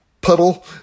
puddle